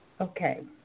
Okay